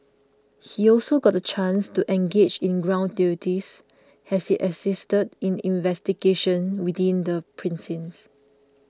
he also got the chance to engage in ground duties as he assisted in investigations within the precinct